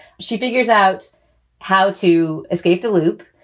she figures out how to escape the loop.